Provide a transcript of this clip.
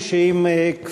השוני הוא שאם,